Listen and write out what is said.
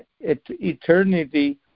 eternity